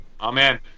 Amen